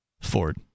Ford